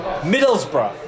Middlesbrough